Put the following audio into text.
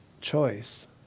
choice